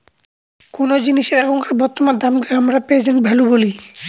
কোনো জিনিসের এখনকার বর্তমান দামকে আমরা প্রেসেন্ট ভ্যালু বলি